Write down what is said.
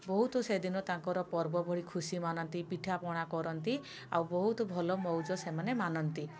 ବହୁତ ସେଦିନ ତାଙ୍କର ପର୍ବ ଭଳି ଖୁସି ମନାନ୍ତି ପିଠାପଣା କରନ୍ତି ଆଉ ବହୁତ ଭଲ ମଉଜ ସେମାନେ ମାନନ୍ତି